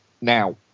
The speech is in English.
now